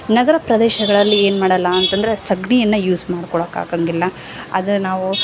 ನಗರ ಪ್ರದೇಶಗಳಲ್ಲಿ ಏನು ಮಾಡಲ್ಲ ಅಂತಂದ್ರೆ ಸಗಣಿಯನ್ನ ಯೂಸ್ ಮಾಡ್ಕೊಳಕ್ಕೆ ಆಗಂಗಿಲ್ಲ ಆದರೆ ನಾವು